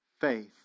Faith